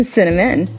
Cinnamon